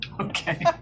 Okay